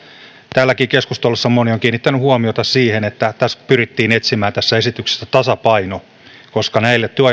täälläkin keskustelussa moni on kiinnittänyt huomiota siihen että tässä esityksessä pyrittiin etsimään tasapaino koska näille